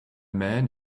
man